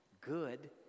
good